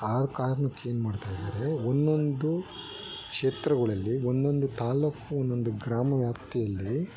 ಆ ಕಾರಣಕ್ಕೇನು ಮಾಡ್ತಾಯಿದ್ದಾರೆ ಒಂದೊಂದು ಕ್ಷೇತ್ರಗಳಲ್ಲಿ ಒಂದೊಂದು ತಾಲ್ಲೂಕು ಒಂದೊಂದು ಗ್ರಾಮ ವ್ಯಾಪ್ತಿಯಲ್ಲಿ